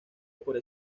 por